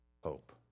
hope